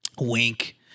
Wink